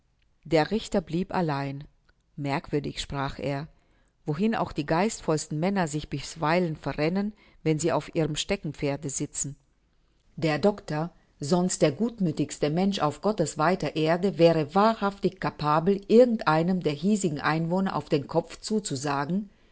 der richter blieb allein merkwürdig sprach er wohin auch die geistvollsten männer sich bisweilen verrennen wenn sie auf ihrem steckenpferde sitzen der doctor sonst der gutmüthigste mensch auf gottes weiter erde wäre wahrhaftig capabel irgend einem der hiesigen einwohner auf den kopf zuzusagen